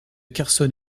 carson